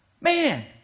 Man